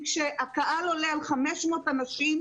כשהקהל עולה על 500 אנשים,